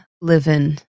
living